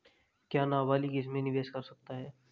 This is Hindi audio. क्या नाबालिग इसमें निवेश कर सकता है?